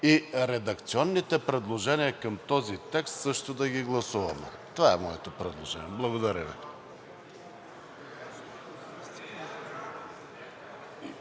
и редакционните предложения към този текст също да ги гласуваме. Това е моето предложение. Благодаря Ви.